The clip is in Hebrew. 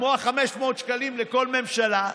כמו ה-500 שקלים לכל משפחה,